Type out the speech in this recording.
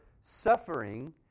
suffering